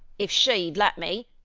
if she'd let me.